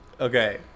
Okay